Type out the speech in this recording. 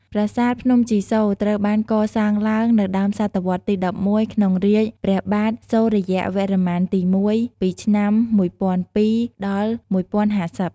ប្រាសាទភ្នំជីសូរត្រូវបានកសាងឡើងនៅ ដើមសតវត្សរ៍ទី ១១ ក្នុងរាជ្យព្រះបាទសូរ្យវរ្ម័នទី ១ ពីឆ្នាំ ១០០២-១០៥០។